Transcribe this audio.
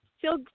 feel